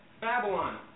Babylon